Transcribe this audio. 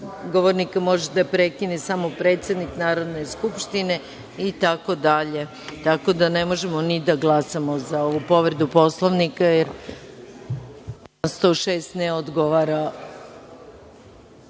govornika može da prekine samo predsednik Narodne skupštine itd. Tako da ne možemo ni da glasamo za ovu povredu Poslovnika jer član 106. ne odgovara